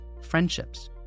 friendships